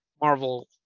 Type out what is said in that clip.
Marvel